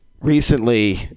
recently